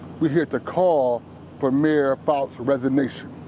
we're here to call for mayor fouts' resignation.